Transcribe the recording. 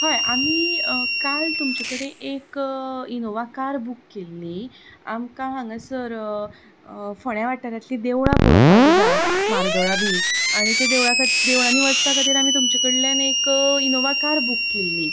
हय आमी काल तुमचे कडेन एक इनोव्हा कार बूक केल्ली आमकां हांगासर फोंड्या वाठारांतली देवळां पळोवपाक जाय मार्दोळा बी आनी त्या देव देवळांनी वचपा खातीर आमी तुमचे कडल्यान एक इनोवा कार बूक केल्ली